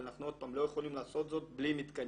אבל אנחנו לא יכולים לעשות זאת בלי מתקנים.